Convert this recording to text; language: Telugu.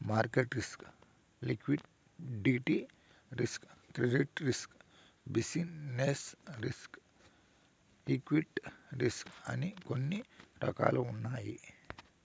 market risk liquidity risk credit risk business risk invest risk అని కొన్ని రకాలున్నాయి